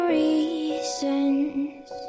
reasons